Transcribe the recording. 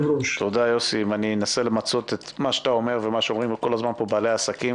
אני אנסה למצות את מה שאתה אומר ומה שאומרים פה כל הזמן בעלי העסקים